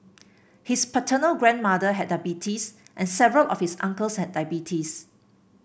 his paternal grandmother had diabetes and several of his uncles had diabetes